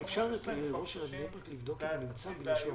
הייעוד היה לדברים פיזיים.